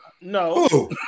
No